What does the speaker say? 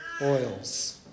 oils